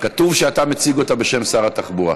כתוב שאתה מציג אותה בשם שר התחבורה.